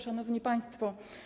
Szanowni Państwo!